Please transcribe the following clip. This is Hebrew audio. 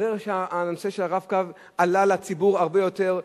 מתברר שה"רב-קו" עלה לציבור הרבה יותר.